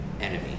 enemy